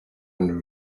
and